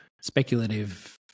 Speculative